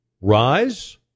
rise